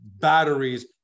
batteries